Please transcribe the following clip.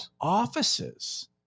offices